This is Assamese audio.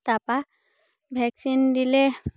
তাপা ভেকচিন দিলে